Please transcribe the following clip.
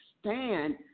stand